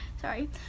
Sorry